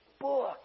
book